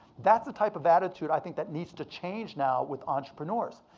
that's the type of attitude i think that needs to change now with entrepreneurs.